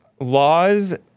laws